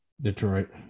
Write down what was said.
Detroit